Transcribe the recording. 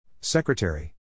Secretary